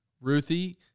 Ruthie